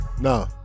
No